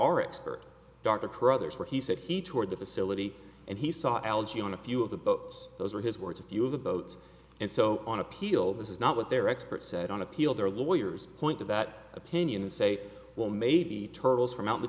our expert dr carruthers where he said he toured the facility and he saw algae on a few of the boats those were his words a few of the boats and so on appeal this is not what their expert said on appeal their lawyers point to that opinion say well maybe turtles from out